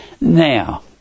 Now